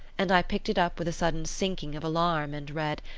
and i picked it up with a sudden sinking of alarm, and read,